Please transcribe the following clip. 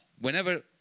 whenever